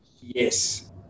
Yes